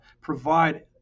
provide